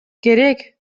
керек